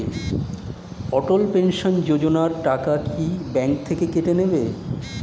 অটল pension Yojana টাকা কি bank থেকে কেটে নেবে?